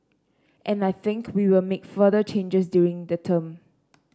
and I think we will make further changes during the term